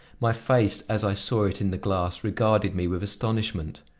my face, as i saw it in the glass, regarded me with astonishment.